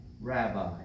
Rabbi